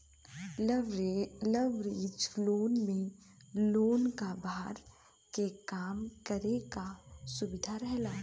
leverage loan में loan क भार के कम करे क सुविधा रहेला